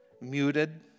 muted